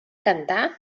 cantar